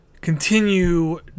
continue